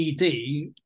ED